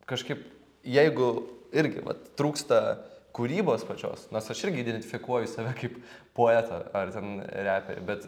kažkaip jeigu irgi vat trūksta kūrybos pačios nors aš irgi identifikuoju save kaip poetą ar ten reperį bet